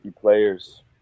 players